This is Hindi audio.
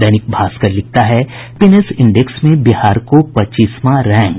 दैनिक भास्कर लिखता है हैप्पीनेस इंडेक्स में बिहार को पच्चीसवां रैंक